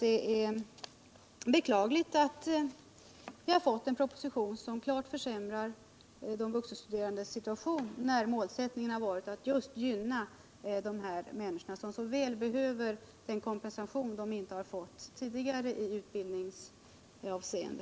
Det är beklagligt att vi har fått en proposition som klart försämrar de vuxenstuderandes situation, när målsättningen har varit att just gynna de människor som så väl behöver kompensation för vad de inte fått tidigare i utbildningsavseende.